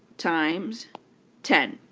times ten.